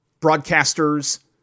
broadcasters